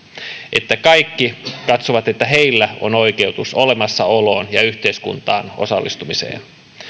että kaikki katsovat että heillä on oikeutus olemassaoloon ja yhteiskuntaan osallistumiseen